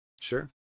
Sure